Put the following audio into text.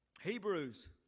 Hebrews